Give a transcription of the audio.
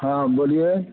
हाँ बोलिए